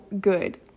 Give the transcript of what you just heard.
good